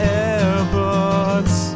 airports